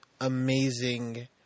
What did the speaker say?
amazing